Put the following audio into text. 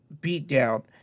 beatdown